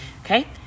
Okay